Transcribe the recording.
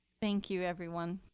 thank you, everyone.